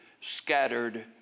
scattered